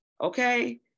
okay